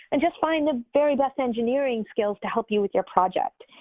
and just find the very best engineering skills to help you with your project.